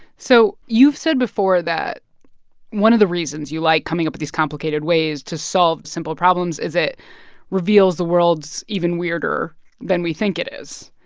so you've said before that one of the reasons you like coming up these complicated ways to solve simple problems is it reveals the world's even weirder than we think it is.